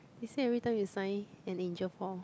they said everytime you sign an injure form